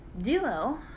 duo